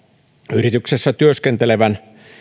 yrityksessä työskentelevän